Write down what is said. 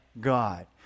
god